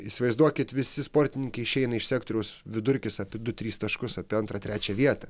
įsivaizduokit visi sportininkai išeina iš sektoriaus vidurkis apie du tris taškus apie antrą trečią vietą